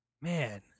man